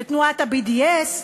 לתנועת ה-BDS?